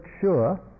sure